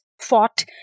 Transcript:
fought